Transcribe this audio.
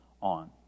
on